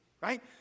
right